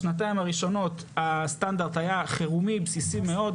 בשנתיים הראשונות הסטנדרט היה חירומי, בסיסי מאוד.